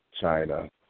China